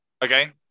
again